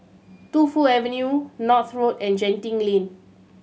Tu Fu Avenue North Road and Genting Lane